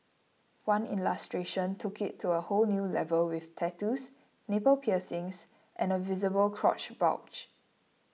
one illustration took it to a whole new level with tattoos nipple piercings and a visible crotch bulge